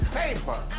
paper